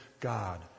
God